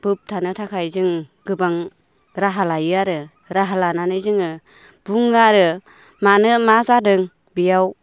होबथानो थाखाय जों गोबां राहा लायो आरो राहा लानानै जोङो बुङो आरो मानो मा जादों बेयाव